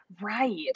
Right